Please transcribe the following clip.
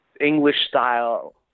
English-style